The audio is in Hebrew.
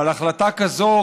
אבל החלטה כזאת,